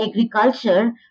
agriculture